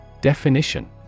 Definition